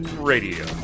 Radio